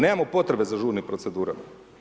Nemamo potrebe za žurnim procedurama.